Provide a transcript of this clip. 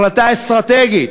החלטה אסטרטגית.